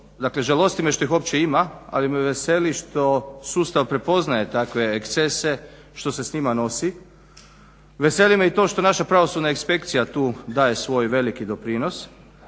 dakle žalosti me što ih uopće ima, ali me veseli što sustav prepoznaje takve ekscese i što se s njima nosi veseli me i to što naša pravosudna inspekcija tu daje svoj veliki doprinos.